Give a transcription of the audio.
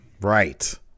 Right